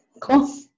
Cool